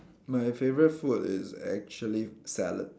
my favourite food is actually salad